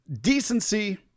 decency